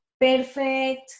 perfect